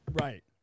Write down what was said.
Right